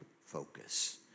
focus